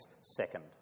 second